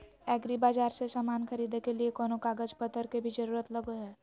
एग्रीबाजार से समान खरीदे के लिए कोनो कागज पतर के भी जरूरत लगो है?